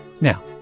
Now